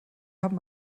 haben